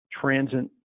transient